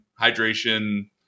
hydration